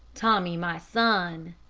tommy, my son,